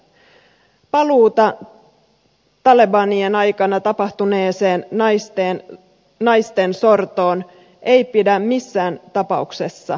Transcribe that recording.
paluuta talebanien aikana tapahtuneeseen naisten sortoon ei pidä missään tapauksessa sallia